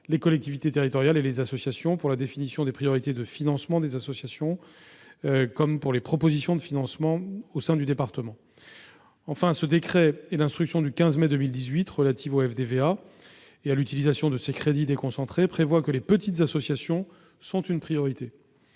les collectivités territoriales et les associations, pour la définition des priorités de financement des associations du département comme des propositions de financement. Enfin, ce décret et l'instruction du 15 mai 2018 relative au FDVA et à l'utilisation de ses crédits déconcentrés prévoient que les petites associations sont une priorité